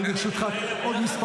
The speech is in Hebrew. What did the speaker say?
אני מוסיף לך --- שירי,